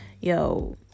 yo